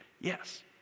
Yes